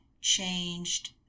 changed